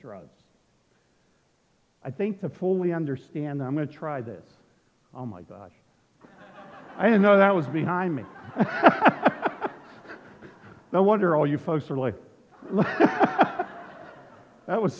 drugs i think to fully understand i'm going to try this on my gosh i don't know that was behind me no wonder all you folks are like that was